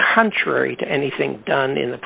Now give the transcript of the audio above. contrary to anything done in the